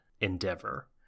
endeavor